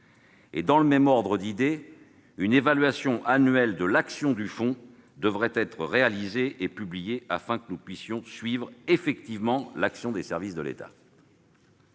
Dans le même ordre d'idée, une évaluation annuelle de l'action du fonds devrait être réalisée et publiée, afin de nous permettre de suivre concrètement l'action des services de l'État.